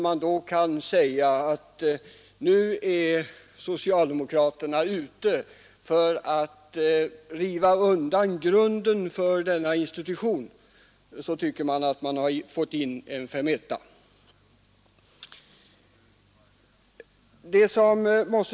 Man säger då att socialdemokraterna är ute efter att riva undan grunden för denna institution och tycker sig därigenom ha fått in en femetta.